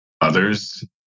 others